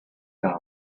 die